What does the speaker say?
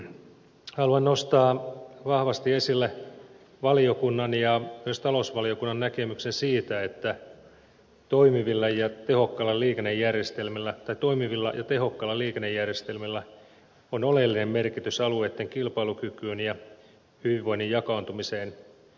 toiseksi haluan nostaa vahvasti esille valiokunnan ja myös talousvaliokunnan näkemyksen siitä että toimivilla ja tehokkailla liikennejärjestelmillä on oleellinen merkitys alueitten kilpailukyvylle ja hyvinvoinnin jakaantumiselle